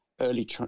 early